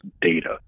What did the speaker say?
data